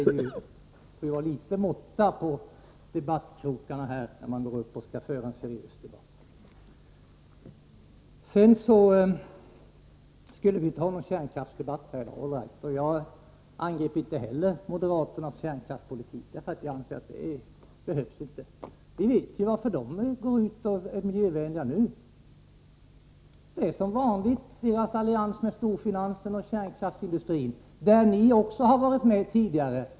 Det får ju vara litet måtta på debattkrokarna när man skall föra en seriös debatt. Vi skall inte ha någon kärnkraftsdebatt här — all right. Jag angrep inte heller moderaternas kärnkraftspolitik. Jag anser inte att det behövs, vi vet ju varför moderaterna går ut och är miljövänliga nu. Det är på grund av deras allians med storfinansen och kärnkraftsindustrin, i vilken även socialdemokraterna ingick tidigare.